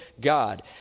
God